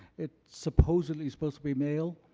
it's supposedly supposed to be male.